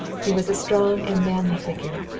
he was a strong and manly figure,